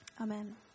amen